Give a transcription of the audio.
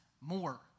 more